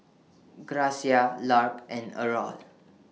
Gracia Lark and Errol